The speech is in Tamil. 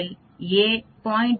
21 C 0